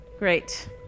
Great